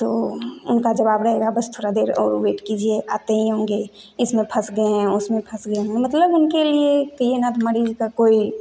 तो उनका जवाब रहेगा बस थोड़ा देर और वेट कीजिए आते ही होंगे इसमें फस गए हैं उसमें फस गए हैं मतलब उनके लिए कहिए ना मरीज का कोई